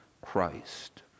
Christ